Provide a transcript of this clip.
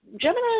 Gemini